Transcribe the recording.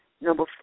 Number